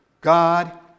God